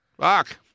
fuck